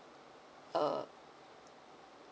uh